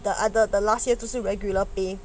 the other the last year 只是 regular pay